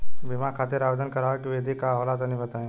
बीमा खातिर आवेदन करावे के विधि का होला तनि बताईं?